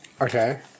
Okay